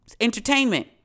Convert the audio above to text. entertainment